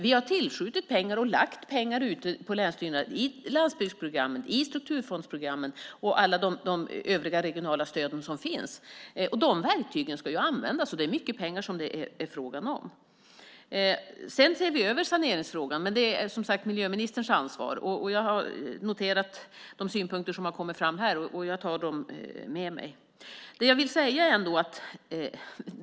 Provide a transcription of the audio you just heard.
Vi har tillskjutit pengar till länsstyrelserna i landsbygdsprogrammet, strukturfondsprogrammen och alla de övriga regionala stöden som finns. De verktygen ska användas, och det är mycket pengar som det är fråga om. Vi ser över saneringsfrågan, men det är som sagt miljöministerns ansvar. Jag har noterat de synpunkter som har kommit fram, och jag tar dem med mig.